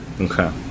Okay